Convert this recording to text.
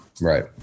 Right